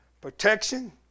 protection